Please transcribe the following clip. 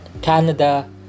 canada